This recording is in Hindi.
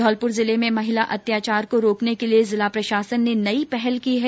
धौलपुर जिले मे महिला अत्याचार को रोकने के लिये जिला प्रशासन ने नई पहल की है